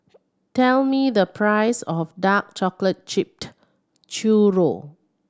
tell me the price of dark chocolate chipped churro